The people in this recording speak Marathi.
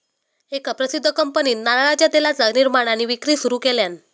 एका प्रसिध्द कंपनीन नारळाच्या तेलाचा निर्माण आणि विक्री सुरू केल्यान